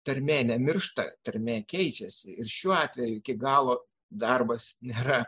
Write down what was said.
tarmė nemiršta tarmė keičiasi ir šiuo atveju iki galo darbas nėra